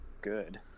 good